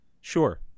Sure